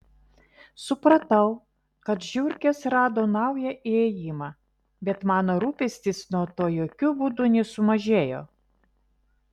supratau kad žiurkės rado naują įėjimą bet mano rūpestis nuo to jokiu būdu nesumažėjo